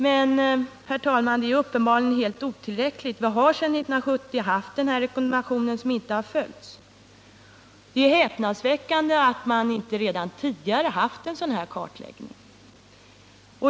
Men, herr talman, detta är uppenbarligen helt otillräckligt. Vi har sedan 1970 haft en rekommendation som inte har följts. Det är häpnadsväckande att man inte redan tidigare gjort en sådan kartläggning.